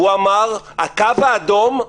והוא אמר: הקו האדום,